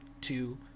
two